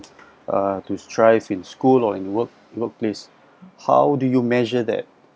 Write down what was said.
uh to thrive in school or in work workplace how do you measure that